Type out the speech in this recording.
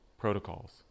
protocols